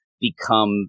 become